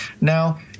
Now